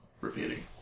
Repeating